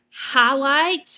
highlight